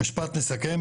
משפט מסכם